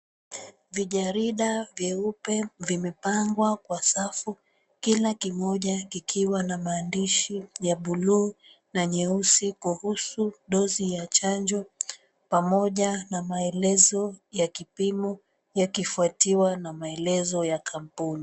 Vijarida vyeupe vimepangwa Kwa safu kila kimoja kikiwa na maandishi ya b𝑢l𝑢u na nyeusi kuhusu dozi ya chanjo pamoja na maelezo ya kipimo yakifuatiwa na maelezo ya kampuni.